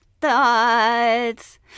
thoughts